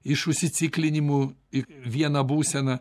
iš užsiciklinimų į vieną būseną